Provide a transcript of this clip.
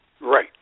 Right